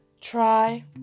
try